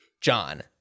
John